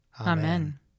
Amen